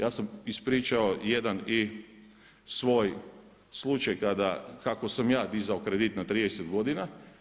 Ja sam ispričao jedan i svoj slučaj kako sam ja dizao kredit na 30 godina.